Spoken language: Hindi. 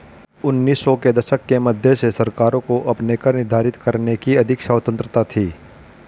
उन्नीस सौ के दशक के मध्य से सरकारों को अपने कर निर्धारित करने की अधिक स्वतंत्रता थी